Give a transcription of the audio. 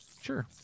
Sure